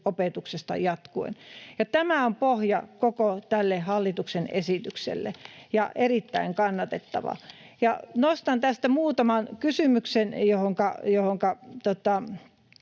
perusopetuksessa jatkuen. Tämä on pohja koko tälle hallituksen esitykselle ja erittäin kannatettavaa. Nostan tästä muutaman kysymyksen, joihinka